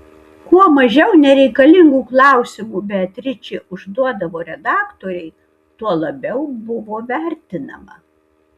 kuo mažiau nereikalingų klausimų beatričė užduodavo redaktorei tuo labiau buvo vertinama